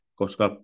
koska